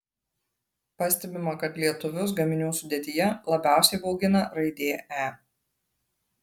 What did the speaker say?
pastebima kad lietuvius gaminių sudėtyje labiausiai baugina raidė e